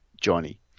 Johnny